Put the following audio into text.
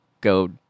go